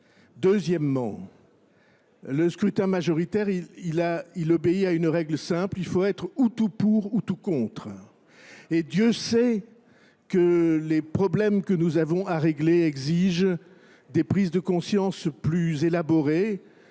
Deuxièmement, Le scrutin majoritaire, il obéit à une règle simple, il faut être ou tout pour ou tout contre. Et Dieu sait que les problèmes que nous avons à régler exigent des prises de conscience plus élaborées,